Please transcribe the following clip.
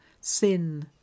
sin